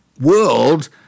world